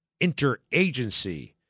interagency